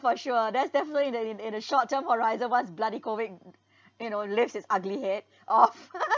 for sure that's definitely in the in in the short term horizon once bloody COVID you know lifts its ugly head off